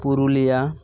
Purulia